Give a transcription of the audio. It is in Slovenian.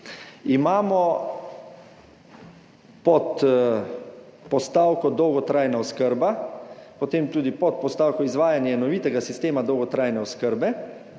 imamo pod postavko Dolgotrajna oskrba potem tudi podpostavko Izvajanje enovitega sistema dolgotrajne oskrbe.